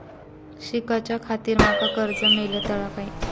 शिकाच्याखाती माका कर्ज मेलतळा काय?